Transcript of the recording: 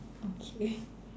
okay